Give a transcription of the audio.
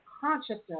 Consciousness